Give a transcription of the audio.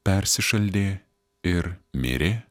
persišaldė ir mirė